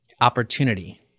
opportunity